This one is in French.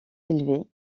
élevé